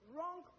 Wrong